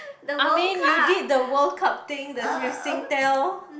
I mean you did the World-Cup thing that's with Singtel